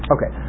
Okay